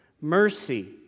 Mercy